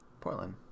Portland